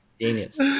Genius